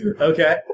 Okay